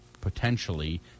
potentially